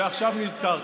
ועכשיו נזכרתם.